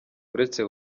uretse